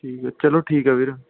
ਠੀਕ ਹੈ ਚਲੋ ਠੀਕ ਹੈ ਵੀਰ